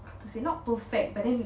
how to say not perfect but then